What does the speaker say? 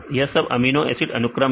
यह सब amino acid अनुक्रम है